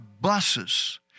buses